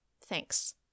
thanks